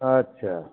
अच्छा